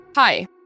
Hi